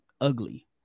ugly